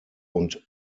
und